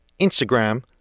Instagram